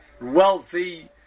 wealthy